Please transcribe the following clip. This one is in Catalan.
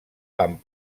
amb